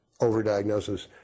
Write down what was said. overdiagnosis